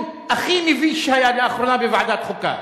הכי מביש שהיה לאחרונה בוועדת חוקה.